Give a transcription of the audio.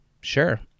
Sure